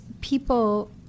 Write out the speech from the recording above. people